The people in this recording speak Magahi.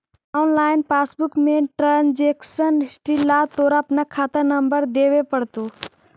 ऑनलाइन पासबुक में ट्रांजेक्शन हिस्ट्री ला तोरा अपना खाता नंबर देवे पडतो